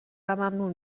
ممنون